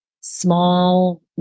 small